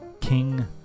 King